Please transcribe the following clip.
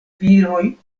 viroj